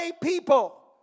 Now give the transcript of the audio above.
people